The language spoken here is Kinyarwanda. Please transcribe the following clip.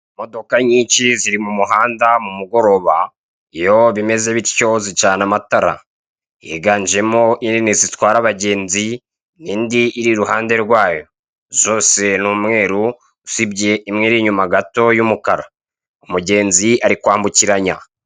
Imokoka nyinshi ziri mu muhanda, mu mugoroba iyo bimeze bityo zicana amatara, higanjemo inini zitwara abagenzi, indi iri iruhande rwayo, zose n'umweru usibye imwe iri inyuma gato y'umukara, umugenzi ari kwambukiranya.